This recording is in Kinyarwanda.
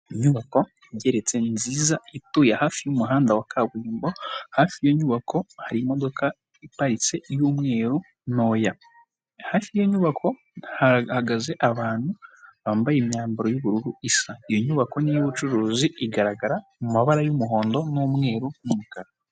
Inyubako igeretse; nziza ituye hafi y'umuhanda wa kaburimbo, hafi y'iyo nyubako hari imodoka iparitse y'umweru ntoya, hafi y'inyubako hahagaze abantu bambaye imyambaro y'ubururu isa. Iyo nyubako ni iy'ubucuruzi igaragara mumabara y'umuhondo n'umweru n'umukara.